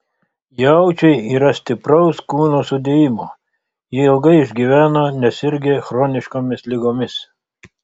jaučiai yra stipraus kūno sudėjimo jie ilgai išgyvena nesirgę chroniškomis ligomis